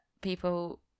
people